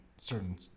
certain